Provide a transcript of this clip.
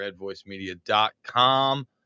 redvoicemedia.com